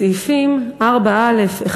סעיפים 4(א)(1)